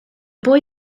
boy